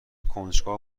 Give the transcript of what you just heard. کنجکاو